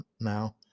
now